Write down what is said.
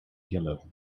yellow